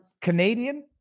Canadian